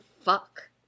fuck